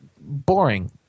boring